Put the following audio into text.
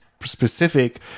specific